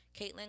Caitlin